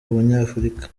banyafurika